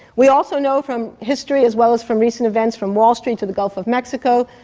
we also know from history as well as from recent events, from wall street to the gulf of mexico,